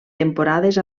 temporades